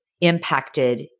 impacted